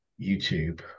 YouTube